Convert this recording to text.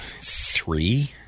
three